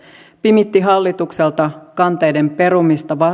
pimitti hallitukselta kanteiden perumista